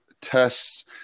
tests